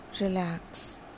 relax